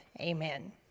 Amen